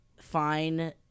fine